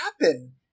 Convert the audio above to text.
happen